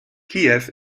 kiew